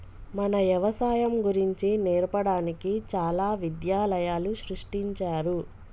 మన యవసాయం గురించి నేర్పడానికి చాలా విద్యాలయాలు సృష్టించారు